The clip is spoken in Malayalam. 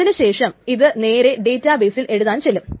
അതിനുശേഷം ഇത് നേരെ ഡേറ്റാ ബെയിസിൽ എഴുതാൻ ചെല്ലും